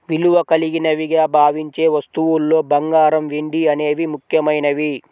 విలువ కలిగినవిగా భావించే వస్తువుల్లో బంగారం, వెండి అనేవి ముఖ్యమైనవి